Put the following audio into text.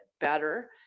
better